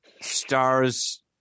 Stars